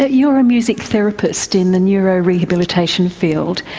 ah you are a music therapist in the neurorehabilitation field,